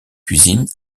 cuisines